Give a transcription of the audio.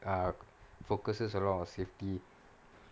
err focuses on a lot of safety